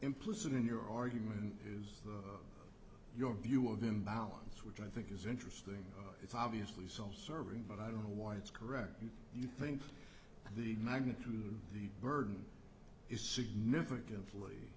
implicit in your argument is your view of imbalance which i think is interesting it's obviously self serving but i don't know why it's correct you think the magnitude of the burden is significantly